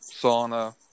sauna